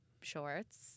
shorts